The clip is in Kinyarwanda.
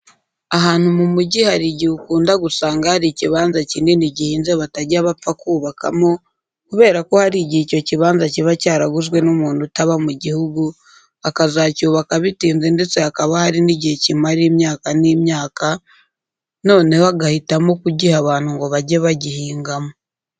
Ahantu mu mujyi hari igihe ukunda gusanga hari ikibanza kinini gihinze batajya bapfa kubakamo kubera ko hari igihe icyo kibanza kiba cyaraguzwe n'umuntu utaba mu gihugu akazacyubaka bitinze ndetse hakaba hari n'igihe kimara imyaka n'imyaka, noneho agahitamo kugiha abantu ngo bajye bagihingamo.